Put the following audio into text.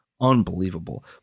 unbelievable